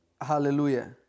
Hallelujah